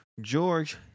George